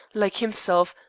like himself,